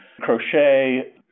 crochet